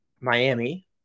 Miami